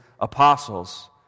apostles